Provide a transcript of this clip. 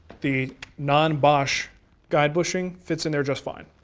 the non-bosch guide bushing fits in there just fine.